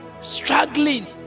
struggling